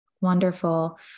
Wonderful